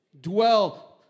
Dwell